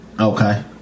Okay